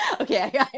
Okay